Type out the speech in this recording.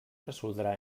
resoldrà